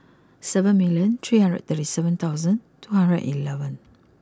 seven million three hundred thirty seven thousand two hundred eleven